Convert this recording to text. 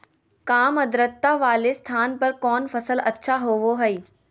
काम आद्रता वाले स्थान पर कौन फसल अच्छा होबो हाई?